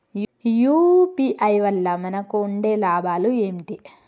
UPI వల్ల మనకు ఉండే లాభాలు ఏంటి?